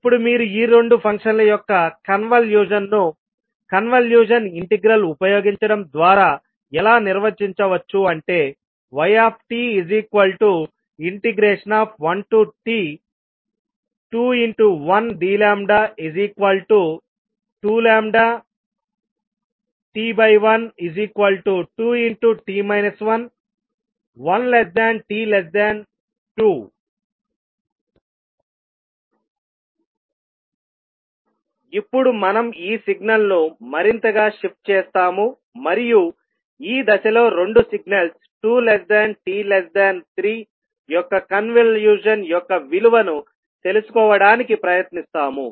ఇప్పుడు మీరు ఈ రెండు ఫంక్షన్ల యొక్క కన్వల్యూషన్ను కన్వల్యూషన్ ఇంటెగ్రల్ ఉపయోగించడం ద్వారా ఎలా నిర్వచించవచ్చు అంటే yt1t21dλ2λ|t12t 11t2 ఇప్పుడు మనం ఈ సిగ్నల్ ను మరింతగా షిఫ్ట్ చేస్తాము మరియు ఈ దిశలో రెండు సిగ్నల్స్ 2t3 యొక్క కన్వల్యూషన్ యొక్క విలువను తెలుసుకోవడానికి ప్రయత్నిస్తాము